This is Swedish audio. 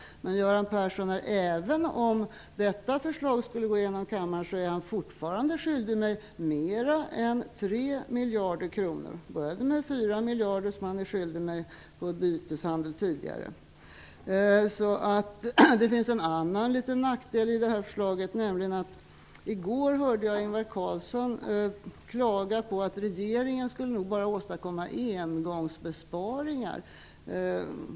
Men även om detta förslag skulle bifallas av kammaren, är Göran Persson fortfarande skyldig mig mer än 3 miljarder kronor. Det började med 4 miljarder som han är skyldig mig genom en byteshandel tidigare. Det finns också en annan liten nackdel med detta förslag. I går hörde jag Ingvar Carlsson klaga på att regeringen nog skulle åstadkomma bara engångsbesparingar.